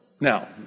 Now